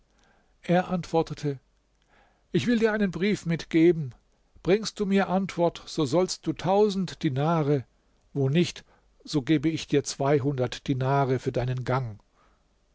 er antwortete ich will dir einen brief mitgeben bringst du mir antwort so sollst du tausend dinare wo nicht so gebe ich dir zweihundert dinare für deinen gang